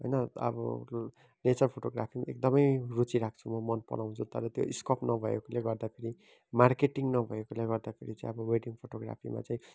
होइन अब रु नेचर फोटोग्राफीमा एकदमै रुचि राख्छु म मन पराउँछु तर त्यो स्कोप नभएकोले गर्दाखेरि मार्केटिङ नभएकोले गर्दाखेरि चाहिँ अब वेडिङ फोटोग्राफीमा चाहिँ